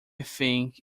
think